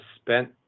spent